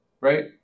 right